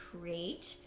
create